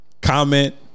Comment